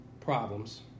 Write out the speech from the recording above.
problems